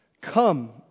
Come